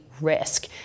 risk